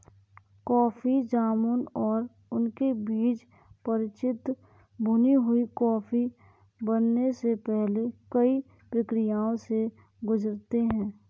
coffee जामुन और उनके बीज परिचित भुनी हुई कॉफी बनने से पहले कई प्रक्रियाओं से गुजरते हैं